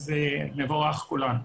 נבורך כולנו.